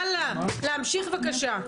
הלאה, להמשיך בבקשה.